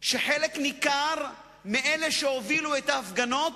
שחלק ניכר מאלה שהובילו את ההפגנות,